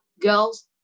girls